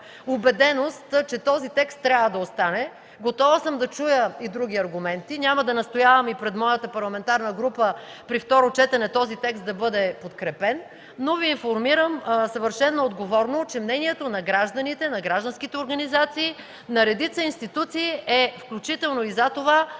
убеденост, че този текст трябва да остане. Готова съм да чуя и други аргументи. Няма да настоявам пред моята парламентарна група при второ четене този текст да бъде подкрепен, но Ви информирам съвършено отговорно, че мнението на гражданите, на гражданските организации, на редица институции е комисията да